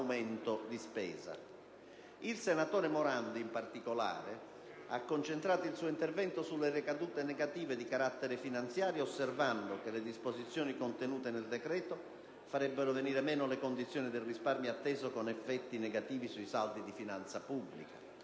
Il senatore Morando, in particolare, ha concentrato il suo intervento sulle ricadute negative di carattere finanziario, osservando che le disposizioni contenute nel decreto farebbero venire meno le condizioni del risparmio atteso, con effetti negativi sui saldi di finanza pubblica.